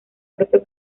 propio